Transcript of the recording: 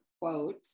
quote